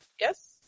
yes